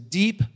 deep